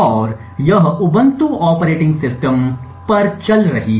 और यह Ubuntu operating system चला रही है